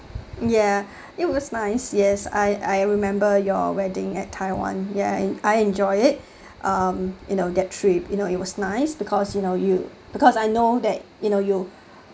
ya it was nice yes I I remember your wedding at taiwan ya and I enjoy it um you know that trip you know it was nice because you know you because I know that you know you